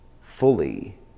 fully